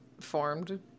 formed